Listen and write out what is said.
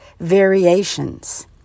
variations